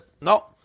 No